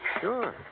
Sure